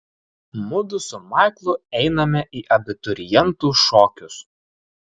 mudu su maiklu einame į abiturientų šokius